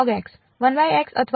1x અથવા